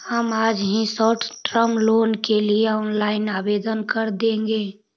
हम आज ही शॉर्ट टर्म लोन के लिए ऑनलाइन आवेदन कर देंगे